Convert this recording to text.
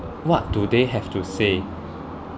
what do they have to say